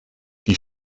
die